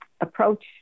approach